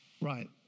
Right